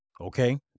okay